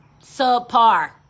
subpar